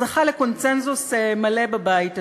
הוא זכה לקונסנזוס מלא בבית הזה.